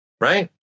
Right